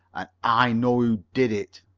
and i know who did it.